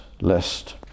list